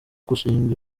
gushing